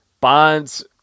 bonds